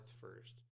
first